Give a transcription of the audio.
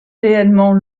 réellement